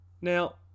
Now